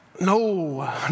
No